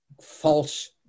false